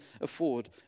afford